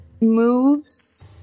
moves